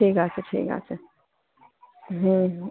ঠিক আছে ঠিক আছে হুম হুম